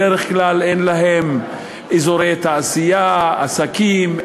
בדרך כלל אין להן אזורי תעשייה ועסקים,